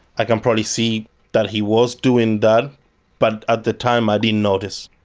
i can probably see that he was doing that but at the time i didn't notice.